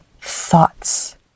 thoughts